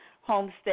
homestead